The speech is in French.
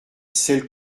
celle